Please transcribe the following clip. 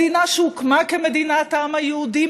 מדינה שהוקמה כמדינת העם היהודי,